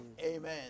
Amen